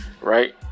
right